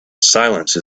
silence